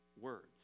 words